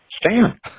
stan